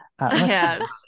Yes